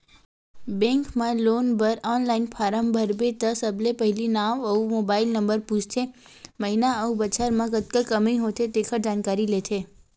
bank म loan बर online form भरबे त सबले पहिली नांव अउ मोबाईल नंबर पूछथे, महिना अउ बछर म कतका कमई होथे तेखर जानकारी लेथे